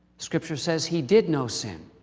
scripture says, he did no sin.